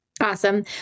Awesome